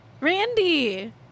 Randy